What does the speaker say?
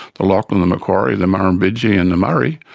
the lachlan, the macquarie, the murrumbidgee and the murray.